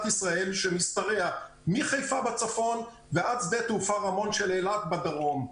ישראל שמשתרע מחיפה בצפון ועד שדה התעופה רמון של אילת בדרום.